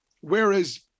Whereas